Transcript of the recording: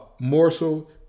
Morsel